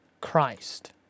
Christ